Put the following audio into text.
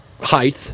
height